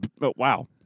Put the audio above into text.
Wow